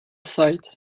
site